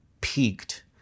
peaked